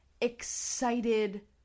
excited